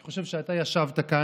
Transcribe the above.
אני חושב שאתה ישבת כאן,